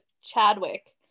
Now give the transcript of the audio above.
Chadwick